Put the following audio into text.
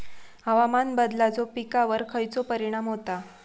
हवामान बदलाचो पिकावर खयचो परिणाम होता?